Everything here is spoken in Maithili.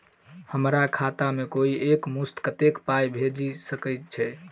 हम्मर खाता मे कोइ एक मुस्त कत्तेक पाई भेजि सकय छई?